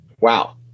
Wow